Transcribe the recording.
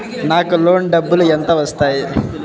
నాకు లోన్ డబ్బులు ఎంత వస్తాయి?